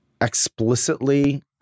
explicitly